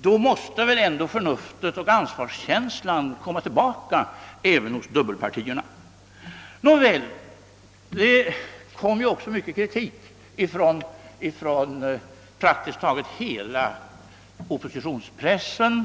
då måste väl ändå förnuftet och ansvarskänslan komma tillbaka även hos dubbelpartierna! Det framförs också mycken kritik mot motionerna även från praktiskt taget hela oppositionspressen.